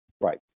Right